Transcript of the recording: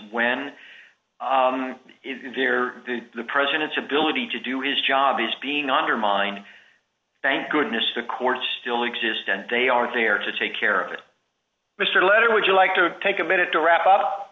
when the president's ability to do his job is being undermined thank goodness the courts still exist and they are there to take care of it mr letter would you like to take a minute to wrap up